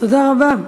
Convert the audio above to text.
תודה רבה.